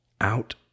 out